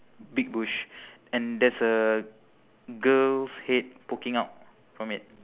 big bush and there's a girl's head poking out from it